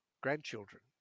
grandchildren